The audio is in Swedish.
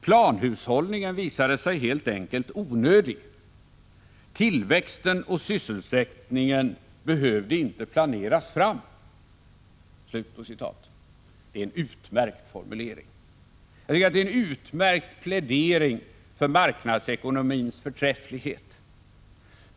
Planhushållningen visade sig helt enkelt onödig: tillväxten och sysselsättningen behövde inte planeras fram.” Det är en utmärkt formulering och en utmärkt plädering för marknadsekonomins förträfflighet.